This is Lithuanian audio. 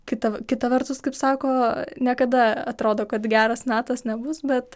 kita kita vertus kaip sako niekada atrodo kad geras metas nebus bet